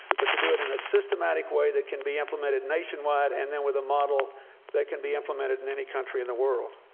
but to do it in a systematic way that can be implemented nationwide and then with a model that can be implemented in any country in the world.